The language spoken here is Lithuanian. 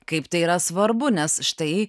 kaip tai yra svarbu nes štai